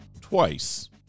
twice